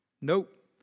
Nope